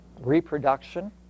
reproduction